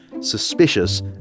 suspicious